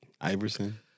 Iverson